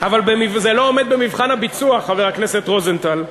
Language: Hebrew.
אבל זה לא עומד במבחן הביצוע, חבר הכנסת רוזנטל.